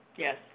Yes